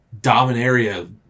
Dominaria